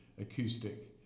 acoustic